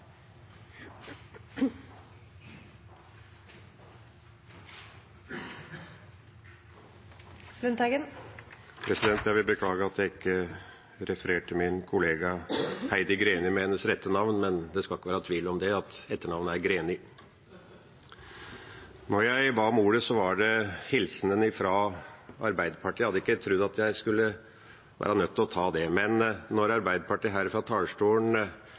ordskiftet. Når jeg ba om ordet, var det på grunn av hilsenen fra Arbeiderpartiet. Jeg hadde ikke trodd at jeg skulle være nødt til å ta det, men når Arbeiderpartiet her fra talerstolen